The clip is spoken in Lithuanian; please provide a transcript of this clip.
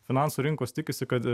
finansų rinkos tikisi kad